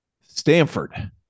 Stanford